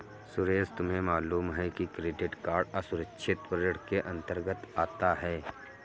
सुरेश तुम्हें मालूम है क्रेडिट कार्ड असुरक्षित ऋण के अंतर्गत आता है